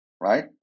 right